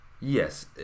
Yes